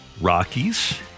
Rockies